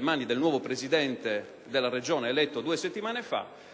mani del nuovo presidente della Regione, eletto due settimane fa)